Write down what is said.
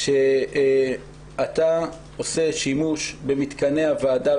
שאתה עושה שימוש במתקני הוועדה,